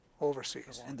overseas